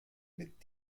mit